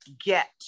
get